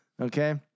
Okay